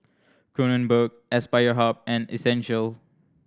Kronenbourg Aspire Hub and Essential